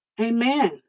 Amen